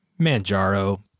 Manjaro